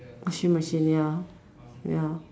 washing machine ya ya